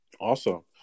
Awesome